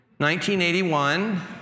1981